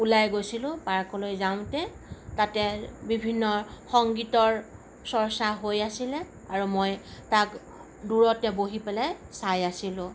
ওলাই গৈছিলোঁ পাৰ্কলৈ যাওঁতে তাতে বিভিন্ন সংগীতৰ চৰ্চা হৈ আছিলে আৰু মই তাক দূৰতে বহি পেলাই চাই আছিলোঁ